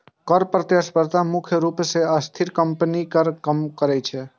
कर प्रतिस्पर्धा मुख्य रूप सं अस्थिर कंपनीक कर कें कम करै छै